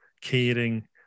caring